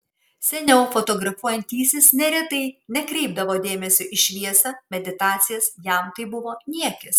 seniau fotografuojantysis neretai nekreipdavo dėmesio į šviesą meditacijas jam tai buvo niekis